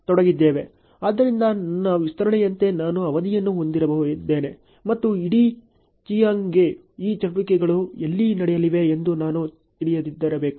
ಆದ್ದರಿಂದ ನನ್ನ ವಿಸ್ತರಣೆಯಂತೆ ನಾನು ಅವಧಿಯನ್ನು ಹೊಂದಿದ್ದೇನೆ ಮತ್ತು ಇಡೀ ಸರಣಿಗಳಲ್ಲಿ ಈ ಚಟುವಟಿಕೆಗಳು ಎಲ್ಲಿ ನಡೆಯಲಿವೆ ಎಂದು ನಾನು ತಿಳಿದಿರಬೇಕು